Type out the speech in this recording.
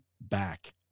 back